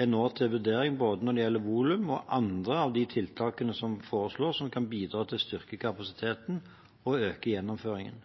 er nå til vurdering både når det gjelder volum og andre av de tiltakene som foreslås, som kan bidra til å styrke kapasiteten og øke gjennomføringen.